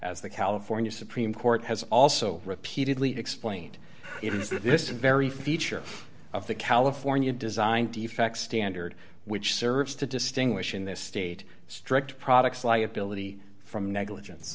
as the california supreme court has also repeatedly explained it is that this very feature of the california design defect standard which serves to distinguish in this state strict products liability from negligence